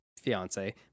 fiance